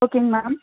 ஓகேங்க மேம்